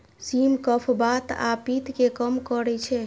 सिम कफ, बात आ पित्त कें कम करै छै